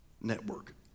Network